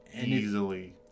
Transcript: easily